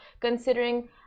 considering